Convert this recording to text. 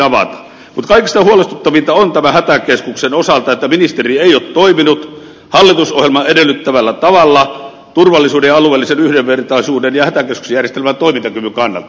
mutta kaikista huolestuttavinta on hätäkeskuksen osalta että ministeri ei ole toiminut hallitusohjelman edellyttämällä tavalla turvallisuuden ja alueellisen yhdenvertaisuuden ja hätäkeskusjärjestelmän toimintakyvyn kannalta